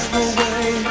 away